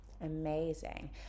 amazing